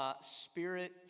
Spirit